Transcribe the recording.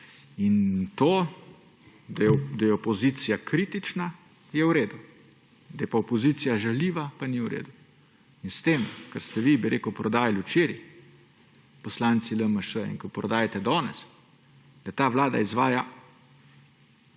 In to, da je opozicija kritična, je v redu, da je pa opozicija žaljiva, pa ni v redu. In s tem kar ste vi, bi rekel, prodajali včeraj, poslanci LMŠ, in kar prodajate danes, da ta vlada izvaja